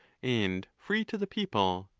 and free to the people.